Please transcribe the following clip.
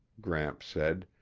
gramps said,